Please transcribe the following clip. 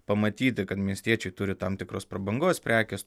pamatyti kad miestiečiai turi tam tikras prabangos prekes